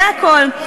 זה הכול.